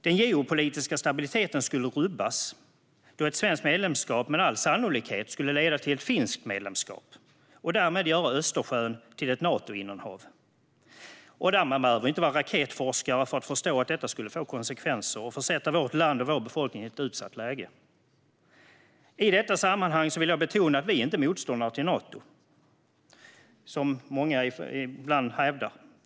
Den geopolitiska stabiliteten skulle rubbas, då ett svenskt medlemskap med all sannolikhet skulle leda till ett finskt medlemskap och därmed göra Östersjön till ett Natoinnanhav. Man behöver inte vara raketforskare för att förstå att detta skulle få konsekvenser och försätta vårt land och vår befolkning i ett utsatt läge. I detta sammanhang vill jag betona att vi inte är motståndare till Nato, som många ibland hävdar.